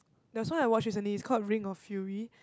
there was one I watch recently it's called Ring-of-Fury